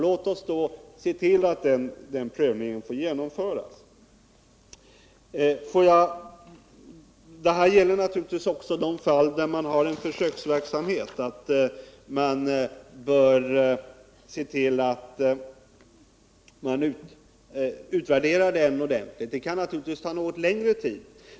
Låt oss då se till att den prövningen får genomföras! Det gäller naturligtvis också i de fall där man har en försöksverksamhet att man bör se till att denna utvärderas ordentligt. Det kan ta något längre tid.